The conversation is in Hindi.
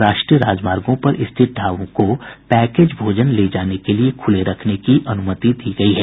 राष्ट्रीय राजमार्गो पर स्थित ढ़ाबों को पैकेज भोजन ले जाने के लिए खुले रखने की अनुमति दी गयी है